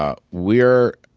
ah we're,